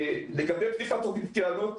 לגבי פתיחת תוכנית ההתייעלות,